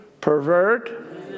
pervert